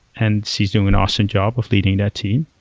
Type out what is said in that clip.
and he's doing an awesome job of leading that team.